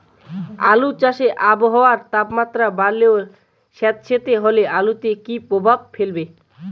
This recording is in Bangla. আলু চাষে আবহাওয়ার তাপমাত্রা বাড়লে ও সেতসেতে হলে আলুতে কী প্রভাব ফেলবে?